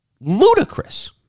ludicrous